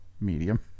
medium